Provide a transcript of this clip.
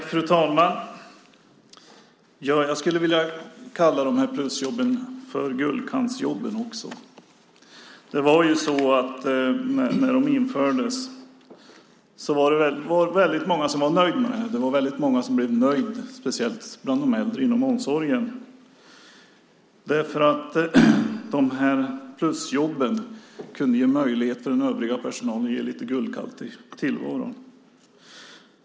Fru talman! Jag skulle vilja kalla plusjobben för guldkantsjobben. När de infördes blev väldigt många nöjda, speciellt bland de äldre inom omsorgen. Plusjobben gav den övriga personalen möjlighet att ge lite guldkant på tillvaron.